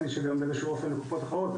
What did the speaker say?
לי שבאיזשהו אופן גם לקופות אחרות,